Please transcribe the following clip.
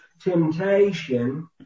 temptation